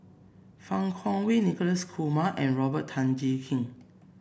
Fang Kuo Wei Nicholas Kumar and Robert Tan Jee Keng